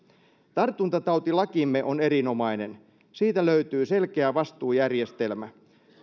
tartuntatautilakimme on erinomainen siitä löytyy selkeä vastuujärjestelmä